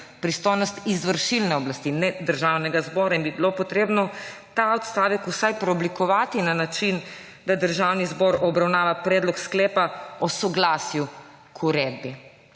pristojnost izvršilne veje oblasti, ne Državnega zbora. Zato bi bilo treba ta odstavek vsaj preoblikovati na način, da Državni zbor obravnava predlog sklepa o soglasju k uredbi.